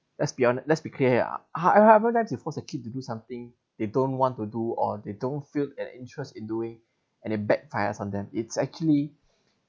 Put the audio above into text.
let's be hone~ let's be clear how~ however that you force a kid to do something they don't want to do or they don't feel an interest in doing and it backfires on them it's actually